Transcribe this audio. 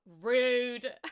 rude